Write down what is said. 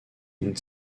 une